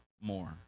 more